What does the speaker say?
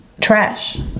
Trash